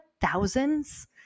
thousands